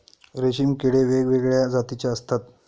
रेशीम किडे वेगवेगळ्या जातीचे असतात